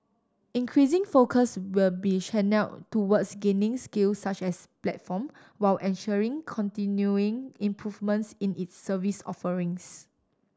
increasing focus will be channelled towards gaining scale such as a platform while ensuring continuing improvements in its service offerings